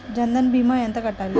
జన్ధన్ భీమా ఎంత కట్టాలి?